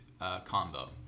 combo